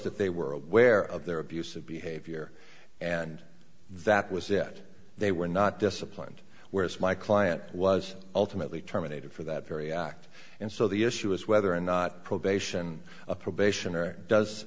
that they were aware of their abusive behavior and that was it they were not disciplined whereas my client was ultimately terminated for that very act and so the issue is whether or not probation a probation or does